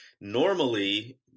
normally